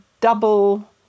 double